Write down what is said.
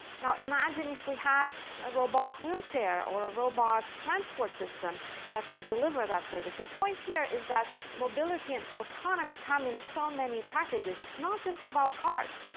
now, imagine if we had a robot wheelchair or a robot transport system that could deliver that service. the point here is that mobility and autonomy come in so many packages it's not just about cars.